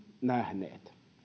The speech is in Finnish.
nähneet